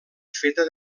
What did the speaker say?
feta